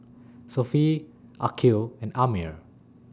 Sofea Aqil and Ammir